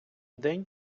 день